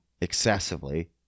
excessively